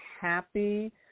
happy